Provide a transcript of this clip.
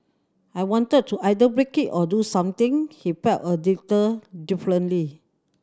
I wanted to either break it or do something he felt a differently